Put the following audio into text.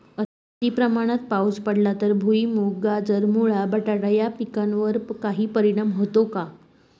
अतिप्रमाणात पाऊस पडला तर भुईमूग, गाजर, मुळा, बटाटा या पिकांवर काही परिणाम होतो का?